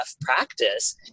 practice